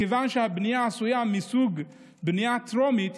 מכיוון שהבנייה היא סוג בנייה טרומית,